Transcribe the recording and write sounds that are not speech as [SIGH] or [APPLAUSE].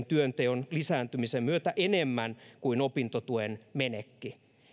[UNINTELLIGIBLE] työnteon lisääntymisen myötä enemmän kuin opintotuen menekki